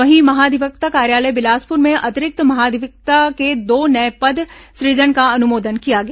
वहीं महाधिवक्ता कार्यालय बिलासपुर में अतिरिक्त महाधिवक्ता के दो नये पद के सूजन का अनुमोदन किया गया